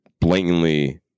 blatantly